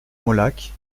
molac